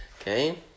Okay